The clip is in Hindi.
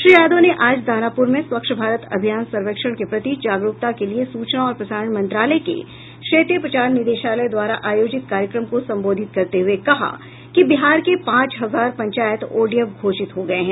श्री यादव ने आज दानापूर में स्वच्छ भारत अभियान सर्वेक्षण के प्रति जागरूकता के लिए सूचना और प्रसारण मंत्रालय के क्षेत्रीय प्रचार निदेशालय द्वारा आयोजित कार्यक्रम को संबोधित करते हुये कहा कि बिहार के पांच हजार पंचायत ओडीएफ घोषित हो गये हैं